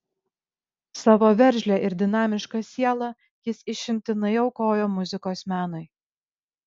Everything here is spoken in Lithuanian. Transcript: savo veržlią ir dinamišką sielą jis išimtinai aukojo muzikos menui